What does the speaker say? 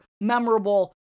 memorable